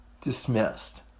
dismissed